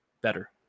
better